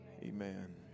Amen